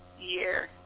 year